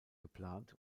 geplant